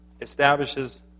establishes